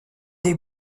des